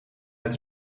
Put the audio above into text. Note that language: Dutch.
met